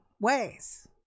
ways